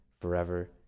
forever